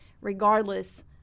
Regardless